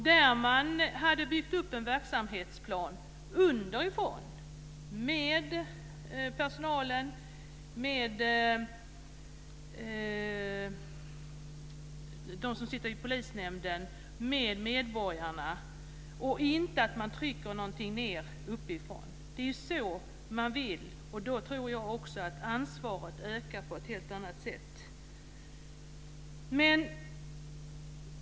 Där har man byggt upp en verksamhetsplan underifrån med personalen, med dem som sitter i polisnämnden och med medborgarna. Man trycker inte ned någonting uppifrån. Det är så man vill ha det, och då tror jag också att ansvaret ökar på ett helt annat sätt.